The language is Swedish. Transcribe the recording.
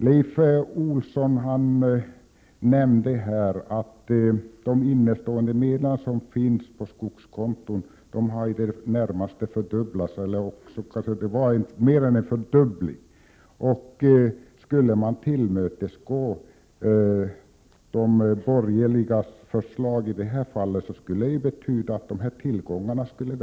Leif Olsson nämnde att de medel som finns innestående på skogskonto i det närmaste har fördubblats, eller också var det fråga om mer än en fördubbling. Skulle man tillmötesgå de borgerligas förslag skulle det betyda att de tillgångarna växte än mer.